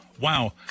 Wow